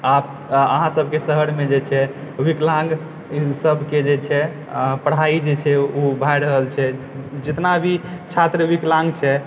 अहाँ सभकऽ शहरमे जे छै विकलाङगसभके जे छै पढाई जे छै ओ भै रहल छै जितना भी छात्र विकलाङग छै